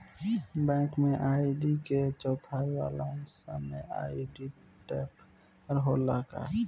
Bank में ID के चौथाई वाला हिस्सा में आइडेंटिफैएर होला का?